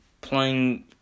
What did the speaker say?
playing